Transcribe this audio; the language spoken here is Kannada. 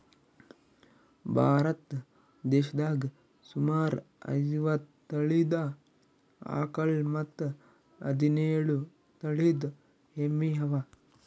ಭಾರತ್ ದೇಶದಾಗ್ ಸುಮಾರ್ ಐವತ್ತ್ ತಳೀದ ಆಕಳ್ ಮತ್ತ್ ಹದಿನೇಳು ತಳಿದ್ ಎಮ್ಮಿ ಅವಾ